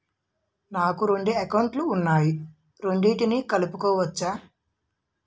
నాకు రెండు అకౌంట్ లు ఉన్నాయి రెండిటినీ కలుపుకోవచ్చా?